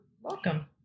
Welcome